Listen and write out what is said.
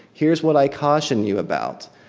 here's what i caution you about,